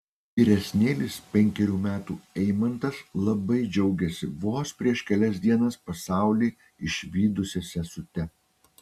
vyresnėlis penkerių metų eimantas labai džiaugiasi vos prieš kelias dienas pasaulį išvydusia sesute